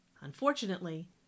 Unfortunately